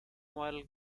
while